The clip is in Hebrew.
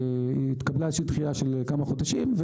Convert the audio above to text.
התקבלה איזושהי דחייה של כמה חודשים,